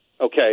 Okay